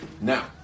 Now